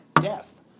death